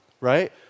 right